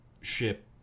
ship